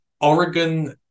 Oregon